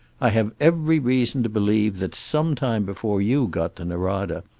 i have every reason to believe that, some time before you got to norada,